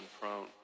prone